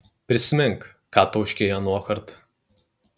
prisimink ką tauškei anuokart